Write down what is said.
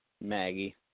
Maggie